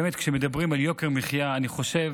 באמת, כשמדברים על יוקר מחיה, אני חושב